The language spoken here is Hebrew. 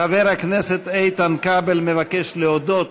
חבר הכנסת איתן כבל מבקש להודות